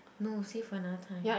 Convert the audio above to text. no save for another time